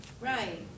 Right